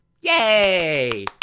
Yay